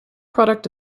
product